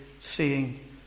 seeing